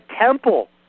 temple